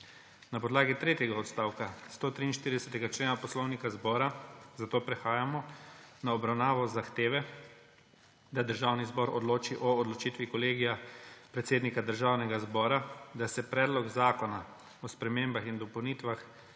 Na podlagi tretjega odstavka 143. člena Poslovnika Državnega zbora zato prehajamo na obravnavo zahteve, da Državni zbor odloči o odločitvi Kolegija predsednika Državnega zbora, da se Predlog zakona o spremembah in dopolnitvah